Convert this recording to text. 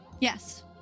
Yes